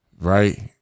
right